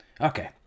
Okay